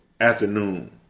afternoon